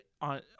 on